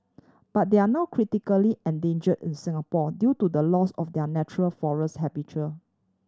but they are now critically endanger in Singapore due to the loss of their natural forest habitat